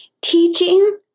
teaching